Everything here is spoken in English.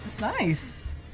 Nice